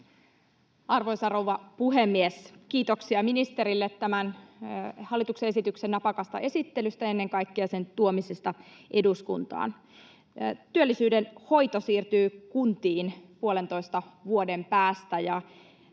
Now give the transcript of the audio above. Arvoisa rouva puhemies! Kiitoksia ministerille tämän hallituksen esityksen napakasta esittelystä ja ennen kaikkea sen tuomisesta eduskuntaan. Työllisyyden hoito siirtyy kuntiin puolentoista vuoden päästä,